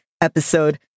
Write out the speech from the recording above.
episode